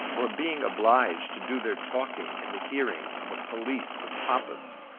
or being obliged to do their talking in the hearing of a police of papas,